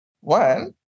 one